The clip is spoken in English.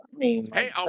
Hey